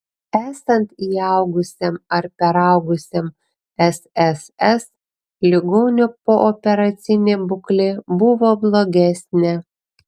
esant įaugusiam ar peraugusiam sss ligonio pooperacinė būklė buvo blogesnė